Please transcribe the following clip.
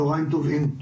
צהריים טובים,